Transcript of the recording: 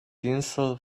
tinsel